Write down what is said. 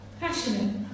Passionate